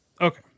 Okay